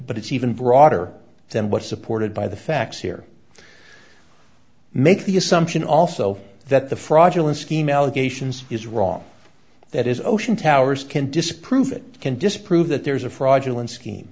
but it's even broader than what supported by the facts here make the assumption also that the fraudulent scheme allegations is wrong that is ocean towers can disprove it can disprove that there's a fraudulent s